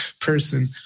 person